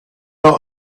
not